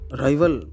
rival